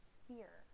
fear